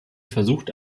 versucht